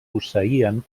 posseïen